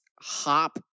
Hop